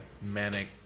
manic